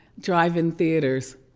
drive-in theaters.